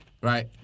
right